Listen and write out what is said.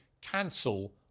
cancel